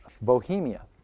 Bohemia